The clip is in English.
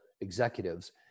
executives